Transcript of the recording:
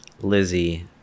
lizzie